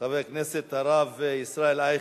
חבר הכנסת הרב ישראל אייכלר.